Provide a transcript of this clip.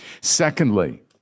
Secondly